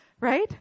right